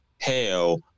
hell